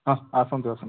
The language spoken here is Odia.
ହଁ ଆସନ୍ତୁ ଆସନ୍ତୁ